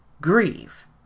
grieve